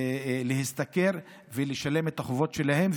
להשתכר ולשלם את החובות שלהם.